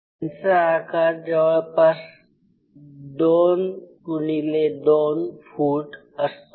यांचा आकार जवळपास 2 x 2 फुट असतो